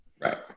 Right